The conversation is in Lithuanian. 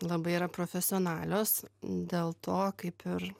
labai yra profesionalios dėl to kaip ir